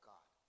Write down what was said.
God